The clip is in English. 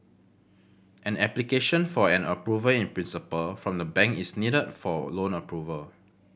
an application for an approval in principle from the bank is needed for loan approval